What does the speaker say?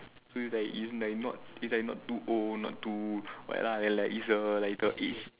so it's like is like not is like not too old not too what lah it's like err like a age